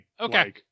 Okay